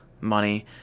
money